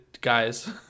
guys